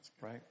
Right